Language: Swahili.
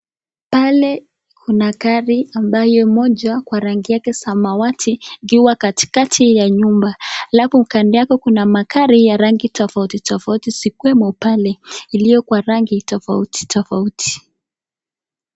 Pale kuna gari ambayo moja kwa rangi yake samawati ikiwa katikati ya nyumba alafu kando yake kuna magari ya rangi tofauti tofauti zikiwemo pale, ilio kwa rangi tofauti tofauti.